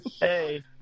Hey